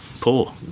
poor